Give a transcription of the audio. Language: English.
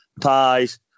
pies